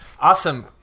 Awesome